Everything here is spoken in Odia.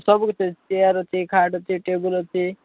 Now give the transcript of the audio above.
ସବୁ କିଛି ଅଛି ଚେୟାର୍ ଅଛି ଖାଟ୍ ଅଛି ଟେବୁଲ୍ ଅଛି